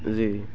जे